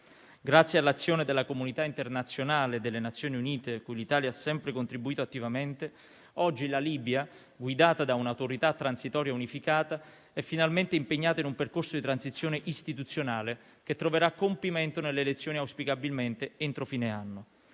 Grazie all'azione della comunità internazionale e delle Nazioni Unite, cui l'Italia ha sempre contribuito attivamente, oggi la Libia, guidata da un'autorità transitoria unificata, è finalmente impegnata in un percorso di transizione istituzionale che troverà compimento nelle elezioni, auspicabilmente entro fine anno.